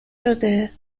شده